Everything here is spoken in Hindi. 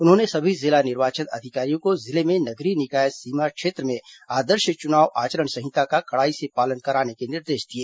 उन्होंने सभी जिला निर्वाचन अधिकारियों को जिले में नगरीय निकाय सीमा क्षेत्र में आदर्श चुनाव आचरण संहिता का कड़ाई से पालन कराने के निर्देश दिए